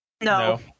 No